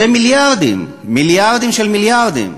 זה מיליארדים, מיליארדים של מיליארדים.